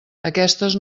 aquestes